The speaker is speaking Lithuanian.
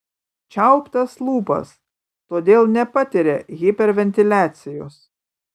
čiauptas lūpas todėl nepatiria hiperventiliacijos